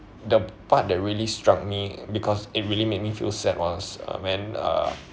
the part that really struck me because it really made me feel sad was uh when uh